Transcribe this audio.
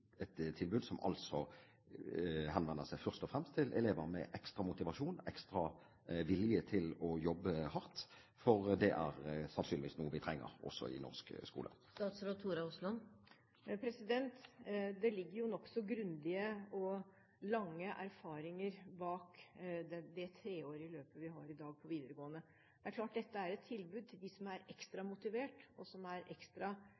tilbud som henvender seg først og fremst til elever med ekstra motivasjon – ekstra vilje til å jobbe hardt – for det er sannsynligvis noe vi trenger også i norsk skole. Det ligger nokså grundige og lange erfaringer bak det treårige løpet vi har i dag i videregående. Det er klart at dette er et tilbud til dem som er ekstra motivert, og som er ekstra